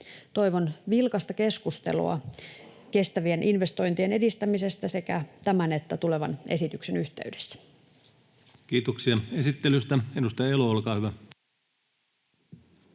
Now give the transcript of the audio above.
Toivon vilkasta keskustelua kestävien investointien edistämisestä sekä tämän että tulevan esityksen yhteydessä. [Speech 12] Speaker: Ensimmäinen varapuhemies